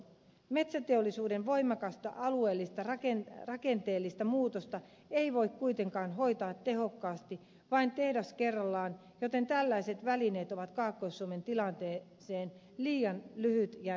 metsäteollisuuden voimakasta alueellista rakenteellista muutosta ei voi kuitenkaan hoitaa tehokkaasti vain tehdas kerrallaan joten tällaiset välineet ovat kaakkois suomen tilanteeseen liian lyhytjänteisiä